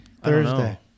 Thursday